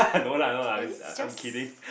no lah no lah it's I I'm kidding